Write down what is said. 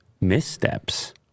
Missteps